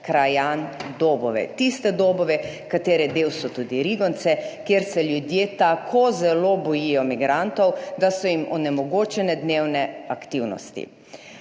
Krajan Dobove, tiste Dobove, katere del so tudi Rigonce, kjer se ljudje tako zelo bojijo migrantov, da so jim onemogočene dnevne aktivnosti.